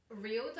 Real